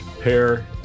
Pair